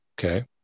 Okay